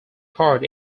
part